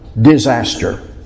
disaster